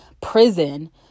prison